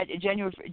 January